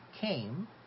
came